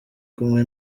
kumwe